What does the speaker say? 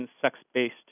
sex-based